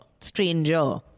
stranger